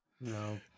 no